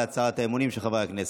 להצהרת האמונים של חברי הכנסת.